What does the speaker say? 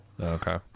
Okay